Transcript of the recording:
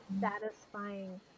satisfying